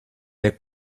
les